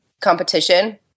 competition